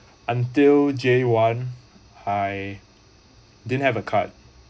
until j one I didn't have a card